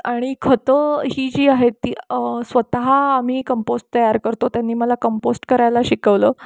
आणि खतं ही जी आहेत ती स्वतः आम्ही कंपोस्ट तयार करतो त्यांनी मला कंपोस्ट करायला शिकवलं